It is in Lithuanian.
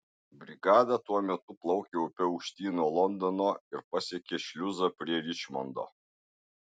brigada tuo metu plaukė upe aukštyn nuo londono ir pasiekė šliuzą prie ričmondo